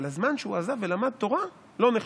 אבל הזמן שהוא עזב ולמד תורה לא נחשב.